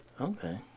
Okay